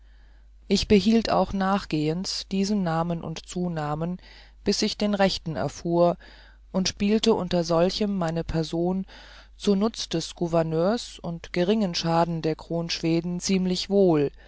ich behielt auch nachgehends diesen namen und zunamen bis ich den rechten erfuhr und spielte unter solchem meine person zunutz des gouverneurs und geringen schaden der kron schweden ziemlich wohl